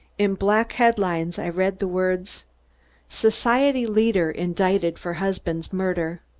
in black head-lines, i read the words society leader indicted for husband's murder!